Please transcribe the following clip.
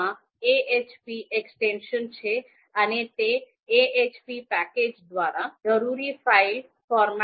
ahp extension છે અને તે ahp પેકેજ દ્વારા જરૂરી ફાઇલ ફોર્મેટમાં લખવામાં આવી છે